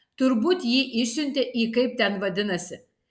turbūt jį išsiuntė į kaip ten vadinasi